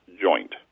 joint